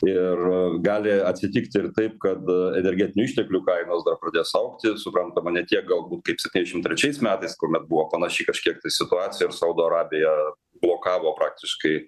ir gali atsitikti ir taip kad energetinių išteklių kainos pradės augti suprantama ne tiek galbūt kaip septyniadešim trečiais metais kuomet buvo panaši kažkiek situacija ir saudo arabija blokavo praktiškai